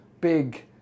big